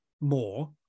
more